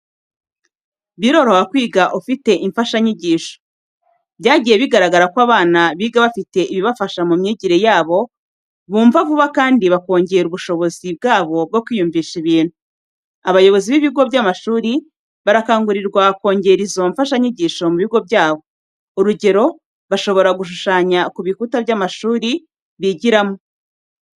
Biroroha kwiga ufite imfashanyigisho. Byagiye bigaragara ko abana biga bafite ibibafasha mu myigire yabo, bumva vuba kandi bakongera ubushobozi bwabo bwo kwiyumvisha ibintu. Abayobozi b'ibigo by'amashuri barakangurirwa kongera izo mfashanyigisho mu bigo byabo. Urugero, bashobora gushushanya ku bikuta by'amashuri bigira mo.